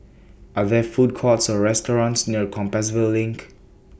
Are There Food Courts Or restaurants near Compassvale LINK